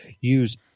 use